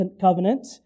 covenant